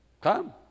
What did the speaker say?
Come